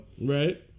Right